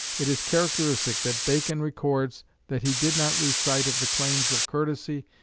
it is characteristic that bacon records that he did not lose sight of the claims of courtesy,